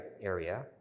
area